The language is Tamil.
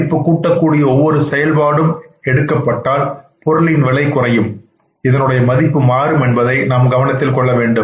மதிப்புக்கூட்டக்கூடிய ஒவ்வொரு செயல்பாடும் எடுக்கப்பட்டால் பொருளின் விலை குறையும் இதனுடைய மதிப்பு மாறும் என்பதை நாம் கவனத்தில் கொள்ள வேண்டும்